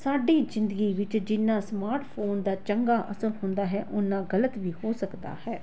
ਸਾਡੀ ਜ਼ਿੰਦਗੀ ਵਿੱਚ ਜਿੰਨਾ ਸਮਾਰਟਫੋਨ ਦਾ ਚੰਗਾ ਅਸਰ ਹੁੰਦਾ ਹੈ ਓਨਾ ਗਲਤ ਵੀ ਹੋ ਸਕਦਾ ਹੈ